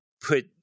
put